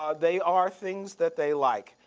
ah they are things that they like.